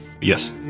Yes